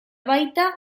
baita